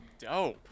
Dope